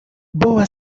boa